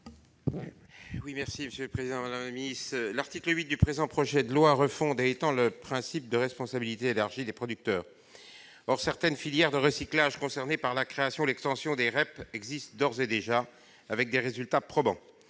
pour présenter l'amendement n° 57 rectifié. L'article 8 du présent projet de loi étend le principe de responsabilité élargie du producteur. Or certaines filières de recyclage concernées par la création ou l'extension des REP existent d'ores et déjà, avec des résultats probants.